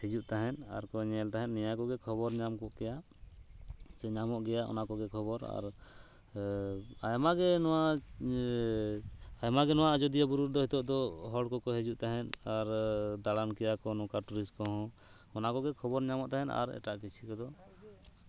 ᱦᱤᱡᱩᱜ ᱛᱟᱦᱮᱫ ᱟᱨᱠᱚ ᱧᱮᱞ ᱛᱟᱦᱮᱫ ᱱᱤᱭᱟᱹ ᱠᱚᱜᱮ ᱠᱷᱚᱵᱚᱨ ᱧᱟᱢ ᱠᱚ ᱠᱮᱭᱟ ᱥᱮ ᱧᱟᱢᱚᱜ ᱜᱮᱭᱟ ᱚᱱᱟ ᱠᱚᱜᱮ ᱠᱷᱚᱵᱚᱨ ᱟᱨ ᱟᱭᱢᱟᱜᱮ ᱱᱚᱣᱟ ᱟᱭᱢᱟᱜᱮ ᱱᱚᱣᱟ ᱟᱡᱚᱫᱤᱭᱟᱹ ᱵᱩᱨᱩ ᱨᱮᱫᱚ ᱱᱤᱛᱚᱜ ᱫᱚ ᱦᱚᱲ ᱠᱚᱠᱚ ᱦᱤᱡᱩᱜ ᱛᱟᱦᱮᱫ ᱟᱨ ᱫᱟᱬᱟᱱ ᱠᱮᱭᱟ ᱠᱚ ᱱᱚᱠᱟ ᱴᱩᱨᱤᱥᱴ ᱠᱚᱦᱚᱸ ᱚᱱᱟ ᱠᱚᱜᱮ ᱠᱷᱚᱵᱚᱨ ᱧᱟᱢᱚᱜ ᱛᱟᱦᱮᱫ ᱟᱨ ᱮᱴᱟᱜ ᱠᱤᱪᱷᱩ ᱠᱚᱫᱚ